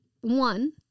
one